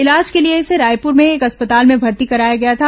इलाज के लिए इसे रायपुर में एक अस्पताल मेँ भर्ती कराया गया था